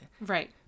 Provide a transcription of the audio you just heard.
Right